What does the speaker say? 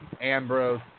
Ambrose